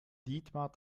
dietmar